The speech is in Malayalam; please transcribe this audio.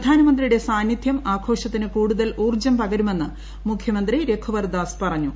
പ്രധാനമന്ത്രിയുടെ സാന്നിധ്യം ആഘോഷത്തിന് കൂടുതൽ ഊർജ്ജം പകരുമെന്ന് രഘുവർദാസ് പറഞ്ഞു